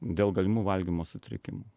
dėl galimų valgymo sutrikimų